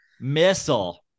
missile